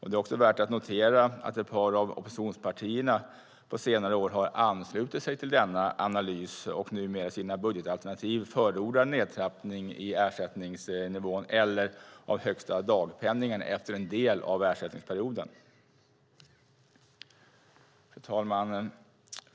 Det är värt att notera att också ett par av oppositionspartierna på senare år har anslutit sig till denna analys och numera i sina budgetalternativ förordar en nedtrappning i ersättningsnivån eller av den högsta dagpenningen efter en del av ersättningsperioden. Fru talman!